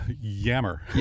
yammer